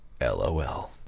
LOL